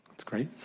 that's great.